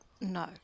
No